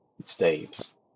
staves